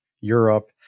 Europe